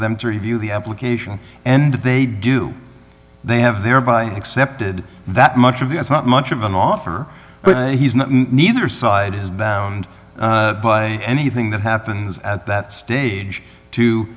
them to review the application and if they do they have thereby accepted that much of the it's not much of an offer but he's not neither side is bound by anything that happens at that stage to